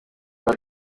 baje